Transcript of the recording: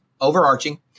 overarching